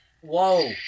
whoa